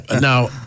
now